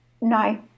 No